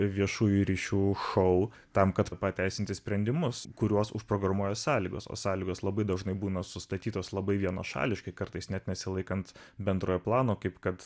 viešųjų ryšių šou tam kad pateisinti sprendimus kuriuos užprogramuoja sąlygos o sąlygos labai dažnai būna sustatytos labai vienašališkai kartais net nesilaikant bendrojo plano kaip kad